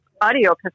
audio